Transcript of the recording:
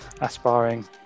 Aspiring